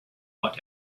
ort